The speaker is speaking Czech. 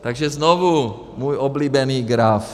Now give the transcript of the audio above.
Takže znovu můj oblíbený graf.